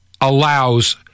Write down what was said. allows